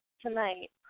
tonight